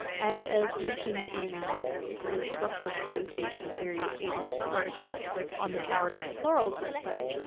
and as mentioned in the structural dissociation theory's ableist article on the power to the plurals website,